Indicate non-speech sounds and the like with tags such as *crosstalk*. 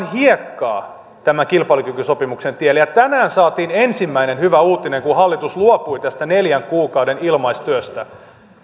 *unintelligible* hiekkaa tämän kilpailukykysopimuksen tielle tänään saatiin ensimmäinen hyvä uutinen kun hallitus luopui tästä neljän kuukauden ilmaistyöstä